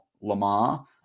Lamar